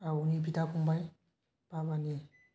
आबौनि बिदा फंबाय बाबानि